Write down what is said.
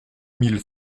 mille